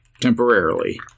temporarily